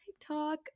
TikTok